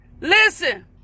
Listen